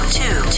two